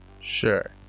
Sure